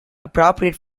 appropriate